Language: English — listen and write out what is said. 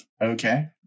Okay